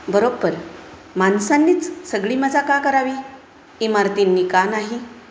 बरोबर माणसांनीच सगळी मजा का करावी इमारतींनी का नाही